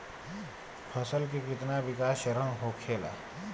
फसल के कितना विकास चरण होखेला?